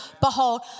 behold